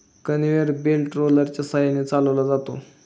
conveyor belt रोलरच्या सहाय्याने चालवला जातो